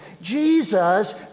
Jesus